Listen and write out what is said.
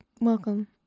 Welcome